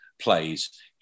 plays